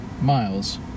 Miles